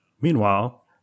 meanwhile